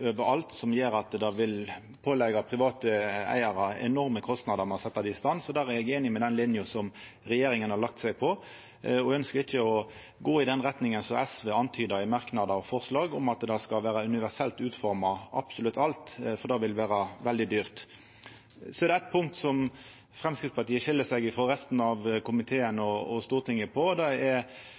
overalt, noko som vil påleggja private eigarar enorme kostnader. Der er eg einig i den linja som regjeringa har lagt seg på, og ønskjer ikkje å gå i den retninga som SV antydar i merknader og forslag, at absolutt alt skal vera universelt utforma, for det vil bli veldig dyrt. Så er det eit punkt der Framstegspartiet skil seg frå resten av komiteen og Stortinget. Det gjeld kva som er